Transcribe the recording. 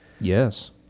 yes